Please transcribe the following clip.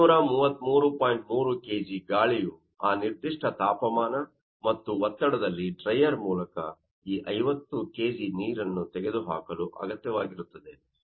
3kg ಗಾಳಿಯು ಆ ನಿರ್ದಿಷ್ಟ ತಾಪಮಾನ ಮತ್ತು ಒತ್ತಡದಲ್ಲಿ ಡ್ರೈಯರ್ ಮೂಲಕ ಈ 50 kg ನೀರನ್ನು ತೆಗೆದುಹಾಕಲು ಅಗತ್ಯವಾಗಿರುತ್ತದೆ